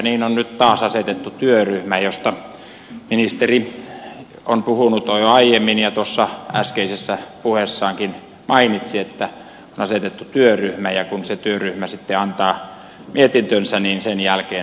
niin on nyt taas asetettu työryhmä josta ministeri on puhunut jo aiemmin ja äskeisessä puheessaankin mainitsi että on asetettu työryhmä ja kun se työryhmä sitten antaa mietintönsä niin sen jälkeen tehdään ratkaisuja